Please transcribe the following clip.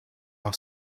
our